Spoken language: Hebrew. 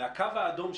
הקו האדום,